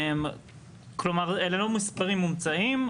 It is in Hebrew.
כלומר אלה לא מספרים מומצאים.